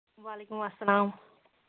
وَعلیکُم اَسَلام